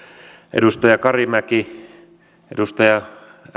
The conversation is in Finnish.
edustaja karimäki edustaja